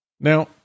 Now